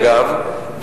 אגב,